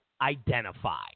identify